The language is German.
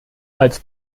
als